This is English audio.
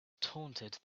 taunted